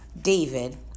David